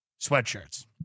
sweatshirts